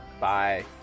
Bye